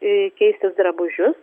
keistis drabužius